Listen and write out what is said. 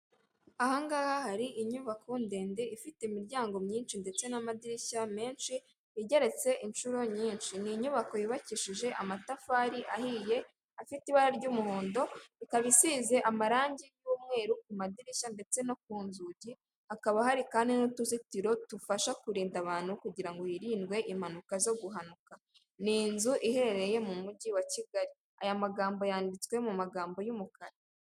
Ahangaha hari inyubako ndende ifite imiryango myinshi ndetse n'amadirishya menshi, igeretse inshuro nyinshi, ni inyubako yubakishije amatafari ahiye afite ibara ry'umuhondo, ikaba isize amarangi y'umweru ku madirishya ndetse no ku nzugi, hakaba hari kandi n'utuzitiro tufasha kurinda abantu kugira ngo hirindwe impanuka zo guhanuka, ni inzu iherereye mu mujyi wa Kigali, aya magambo yanditswe mu magambo y'umukara.